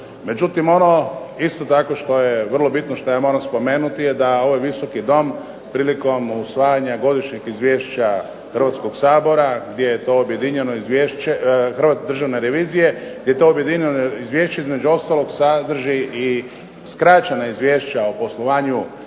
Međutim, ono što je isto bitno što moram spomenuti da ovaj Visoki dom prilikom usvajanja godišnjeg izvješća Hrvatskog sabora, Državne revizije, je to objedinjeno izvješće između ostalog sadrži i skraćena izvješća o poslovanju jedinica